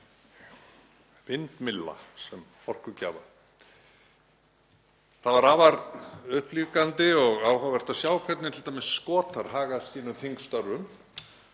vindmylla sem orkugjafa. Það var afar upplífgandi og áhugavert að sjá hvernig t.d. Skotar haga sínum þingstörfum,